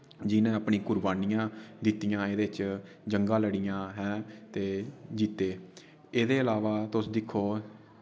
जि'नें अपनी कुरबानियां दित्तियां एह्दे च जंगा लड़िया हैं ते जित्ते एह्दे अलावा तुस दिक्खो